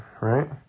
right